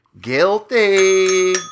guilty